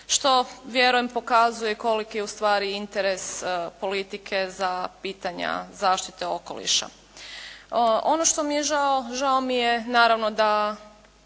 što vjerujem pokazuje koliko je ustvari interes politike za pitanja zaštite okoliša. Ono što mi je žao, žao mi je naravno da